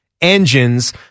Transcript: engines